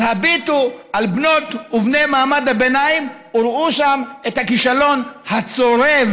אז הביטו על בנות ובני מעמד הביניים וראו שם את הכישלון הצורב,